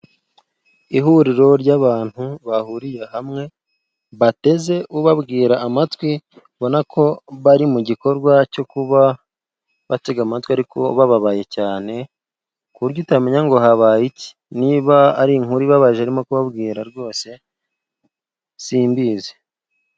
Ihuriro ry'abantu bahuriye hamwe bateze ubabwira amatwi ubona ko bari mu gikorwa cyo kuba batega amatwi ariko bababaye cyane ku buryo utamenya ngo habaye iki, niba ari inkuru ibabajerimo kubabwira rwose simbizi.